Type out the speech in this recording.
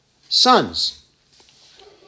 sons